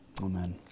Amen